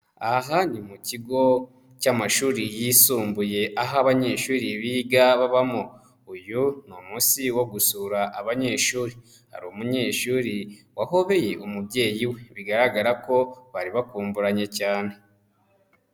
Sha ahandi mu kigo, cy'amashuri yisumbuye aho abanyeshuri biga babamo. Uyu ni umunsi wo gusura, abanyeshuri ari umunyeshuri wahobeye umubyeyi we. Bigaragara ko bari bakumburanye cyane.